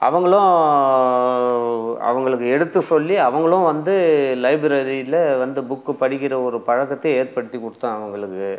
அவங்களும் அவங்களுக்கு எடுத்து சொல்லி அவங்களும் வந்து லைப்ரரியில வந்து புக்கு படிக்கிற ஒரு பழக்கத்தை ஏற்படுத்தி கொடுத்தேன் அவங்களுக்கு